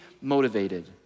motivated